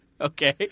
Okay